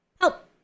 Help